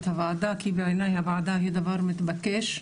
הוועדה כי בעיניי הוועדה היא דבר מתבקש.